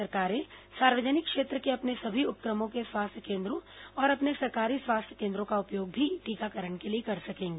राज्य सरकारें सार्वजनिक क्षेत्र के अपने सभी उपक्रमों के स्वास्थ्य केन्द्रों और अपने सरकारी स्वास्थ्य केन्द्रों का उपयोग भी टीकाकरण के लिए कर सकेंगी